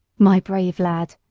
my brave lad!